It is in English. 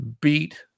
beat